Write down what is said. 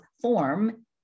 form